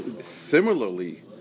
similarly